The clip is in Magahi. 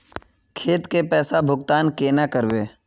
खेत के पैसा भुगतान केना करबे?